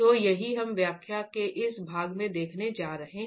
तो यही हम व्याख्यान के इस भाग में देखने जा रहे हैं